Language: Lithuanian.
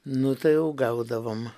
nu tai jau gaudavom